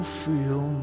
feel